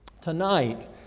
Tonight